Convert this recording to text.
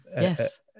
yes